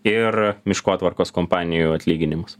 ir miškotvarkos kompanijų atlyginimus